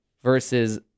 versus